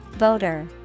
Voter